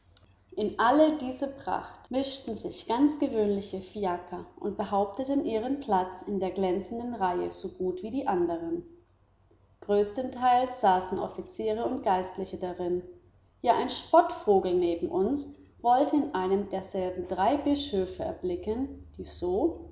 in alle diese pracht mischten sich ganz gewöhnliche fiaker und behaupteten ihren platz in der glänzenden reihe so gut wie die anderen größtenteils saßen offiziere und geistliche darin ja ein spottvogel neben uns wollte in einem derselben drei bischöfe erblicken die so